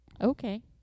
Okay